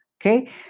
okay